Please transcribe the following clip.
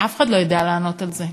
אף אחד לא יודע לענות על זה.